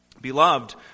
Beloved